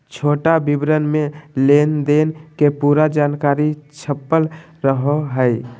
छोटा विवरण मे लेनदेन के पूरा जानकारी छपल रहो हय